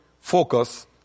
focus